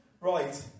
Right